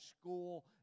school